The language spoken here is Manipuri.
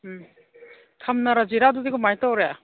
ꯎꯝ ꯊꯝꯅꯔꯁꯤꯔꯥ ꯑꯗꯨꯗꯤ ꯀꯃꯥꯏꯅ ꯇꯧꯔꯦ